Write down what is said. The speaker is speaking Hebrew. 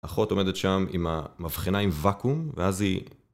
אחות עומדת שם עם המבחנה עם ואקום, ואז היא...